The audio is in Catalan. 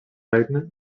regne